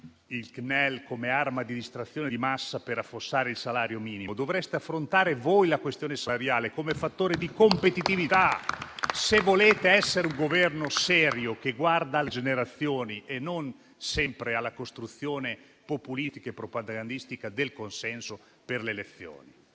il CNEL come arma di distrazione di massa per affossare il salario minimo, ma affrontare voi la questione salariale come fattore di competitività, se volete essere un Governo serio che guarda alle generazioni e non sempre alla costruzione populistica e propagandistica del consenso per le elezioni.